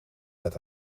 met